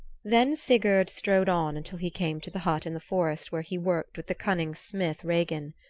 then sigurd strode on until he came to the hut in the forest where he worked with the cunning smith regin.